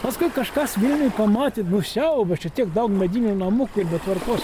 paskui kažkas vilniuj pamatė nu siaubas čia tiek daug medinių namukų ir netvarkos